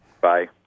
Bye